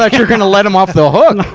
like were gonna let him off the hook!